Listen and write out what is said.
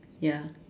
ya